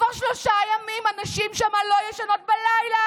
כבר שלושה ימים הנשים שם לא ישנות בלילה